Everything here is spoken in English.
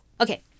Okay